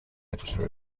editor